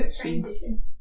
transition